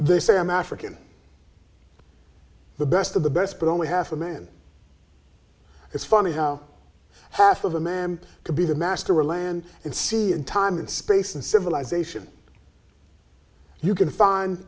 they say i'm african the best of the best but only half a man it's funny how half of a man could be the master or land and sea in time and space and civilization you can find